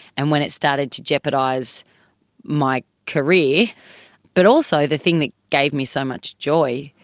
and when it started to jeopardise my career but also the thing that gave me so much joy,